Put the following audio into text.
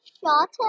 shorter